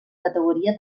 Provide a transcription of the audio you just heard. categoria